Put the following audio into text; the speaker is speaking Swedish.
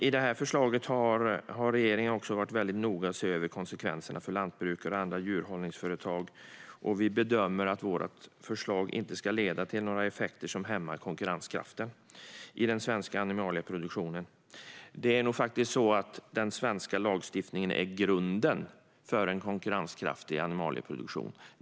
I förslaget har regeringen också varit väldigt noga med att se över konsekvenserna för lantbrukare och andra djurhållningsföretag, och vi bedömer att vårt förslag inte ska leda till några effekter som hämmar konkurrenskraften för den svenska animalieproduktionen. Det är nog faktiskt så att den svenska lagstiftningen är grunden för en konkurrenskraftig animalieproduktion.